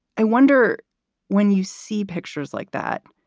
i wonder when you see pictures like that,